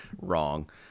wrong